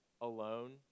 alone